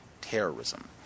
terrorism